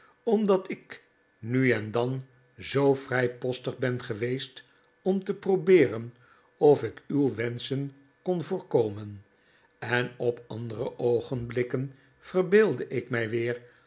omdat ik nu en dan zoo vrijpostig ben geweest om te probeeren of ik uw wenschen kon voorkomen en op andere oogenblikken verbeeldde ik mij weer